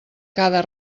cada